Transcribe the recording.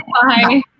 Bye